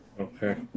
Okay